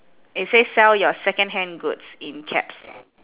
it says sell your secondhand goods in caps